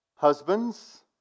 Husbands